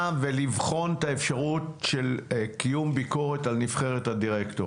ולבחון את האפשרות של קיום ביקורת על נבחרת הדירקטורים.